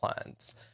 plans